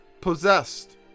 possessed